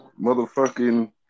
motherfucking